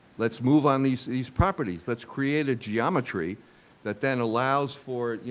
let's move on these these properties, let's create a geometry that then allows for, you